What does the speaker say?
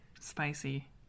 spicy